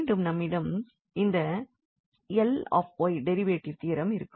மீண்டும் நம்மிடம் இந்த 𝐿𝑦 டெரிவேட்டிவ் தியரம் இருக்கும்